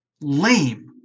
lame